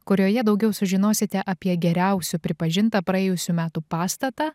kurioje daugiau sužinosite apie geriausiu pripažintą praėjusių metų pastatą